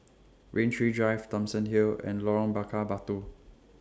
Rain Tree Drive Thomson Hill and Lorong Bakar Batu